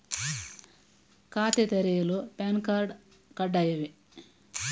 ಖಾತೆ ತೆರೆಯಲು PAN card ಕಡ್ಡಾಯವೇ?